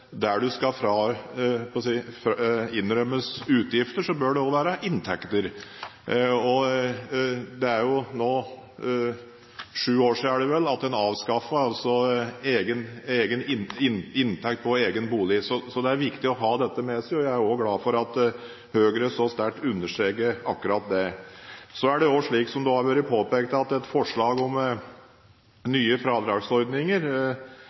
der man skal innrømmes utgifter, bør det også være inntekter. Det er vel nå sju år siden man avskaffet inntekt på egen bolig. Det er viktig å ha dette med seg. Jeg er glad for at Høyre så sterkt understreker akkurat det. Så er det også slik, som det har vært påpekt, at et forslag om nye fradragsordninger